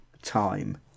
time